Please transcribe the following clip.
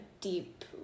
deep